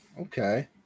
okay